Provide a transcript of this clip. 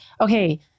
okay